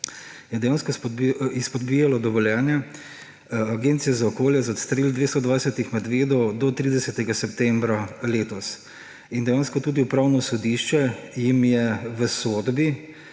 je dejansko izpodbijalo dovoljenje Agencije za okolje za odstrel 220 medvedov do 30. septembra letos in tudi Upravno sodišče jim je v sodbi